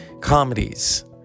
Comedies